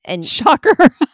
Shocker